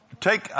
Take